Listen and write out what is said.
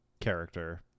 character